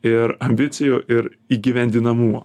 ir ambicijų ir įgyvendinamumo